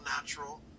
natural